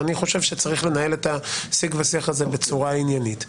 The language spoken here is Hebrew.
לכן אנחנו צריכים שהם יעמדו במבחן אמיתי,